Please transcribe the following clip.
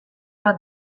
bat